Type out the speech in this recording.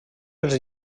els